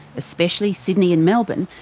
especially sydney and melbourne,